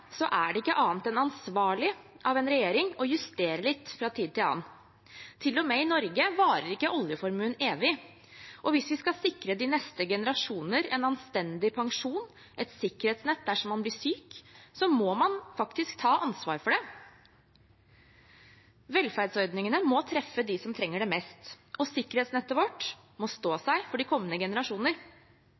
er det ikke annet enn ansvarlig av en regjering å justere litt fra tid til annen. Til og med i Norge varer ikke oljeformuen evig, og hvis vi skal sikre de neste generasjoner en anstendig pensjon, et sikkerhetsnett dersom man blir syk, må man faktisk ta ansvar for det. Velferdsordningene må treffe dem som trenger det mest, og sikkerhetsnettet vårt må stå seg for de kommende generasjoner.